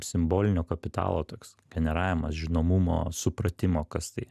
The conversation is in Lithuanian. simbolinio kapitalo toks generavimas žinomumo supratimo kas tai